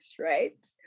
right